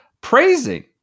praising